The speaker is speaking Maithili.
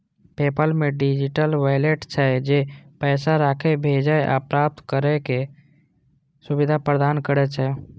पेपल मे डिजिटल वैलेट छै, जे पैसा राखै, भेजै आ प्राप्त करै के सुविधा प्रदान करै छै